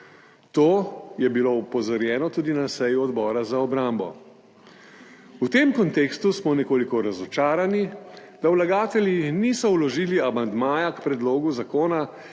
To je bilo opozorjeno tudi na seji Odbora za obrambo. V tem kontekstu smo nekoliko razočarani, da vlagatelji niso vložili amandmaja k predlogu zakona,